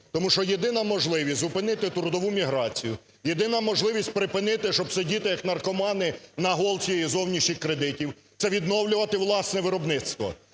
Тому що єдина можливість зупинити трудову міграцію, єдина можливість припинити, щоб сидіти, як наркомани на голці зовнішніх кредитів, – це відновлювати власне виробництво.